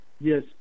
Yes